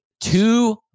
Two